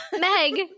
Meg